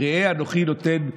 "ראה אנוכי נותן,